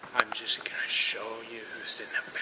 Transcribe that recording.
i'm just gonna show you who's in